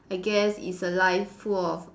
I guess it's a life full of